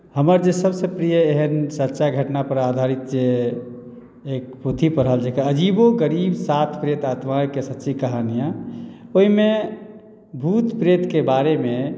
हमर जे सभसँ प्रिय एहन सच्चा घटनापर आधारित जे एक पोथी पढ़ल जे अजीबोगरीब सात प्रेत आत्माके सच्ची कहानियाँ ओहिमे भूत प्रेतके बारेमे